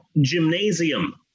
gymnasium